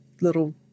little